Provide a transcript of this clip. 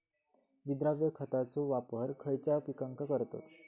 विद्राव्य खताचो वापर खयच्या पिकांका करतत?